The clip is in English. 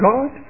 God